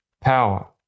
power